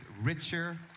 richer